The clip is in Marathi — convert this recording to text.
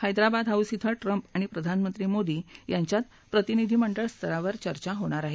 हैदराबाद हाऊस क्वे ट्रम्प आणि प्रधानमंत्री मोदी यांच्यात प्रतिनिधी मंडळ स्तरावर चर्चा होणार आहे